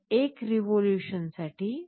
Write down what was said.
इथे एक रिव्होल्युशनसाठी